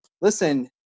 listen